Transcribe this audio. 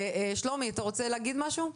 שלומי, אתה רוצה להגיד משהו?